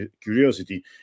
curiosity